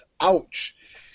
Ouch